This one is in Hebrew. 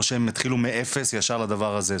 או שהם התחילו מאפס ישר לדבר הזה?